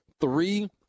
Three